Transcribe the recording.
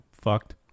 Fucked